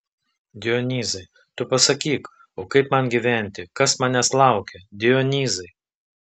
dionyzai tu pasakyk o kaip man gyventi kas manęs laukia dionyzai